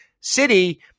City